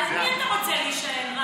על מי אתה רוצה להישען?